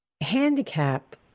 Handicap